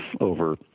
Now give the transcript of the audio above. over